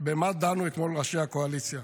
במה דנו אתמול ראשי הקואליציה?